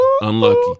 unlucky